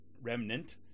remnant